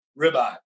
ribeye